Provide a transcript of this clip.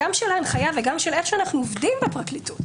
גם של ההנחיה וגם של איך שאנחנו עובדים בפרקליטות,